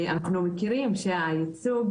אנחנו מכירים שהייצוג